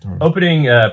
Opening